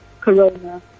corona